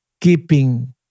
keeping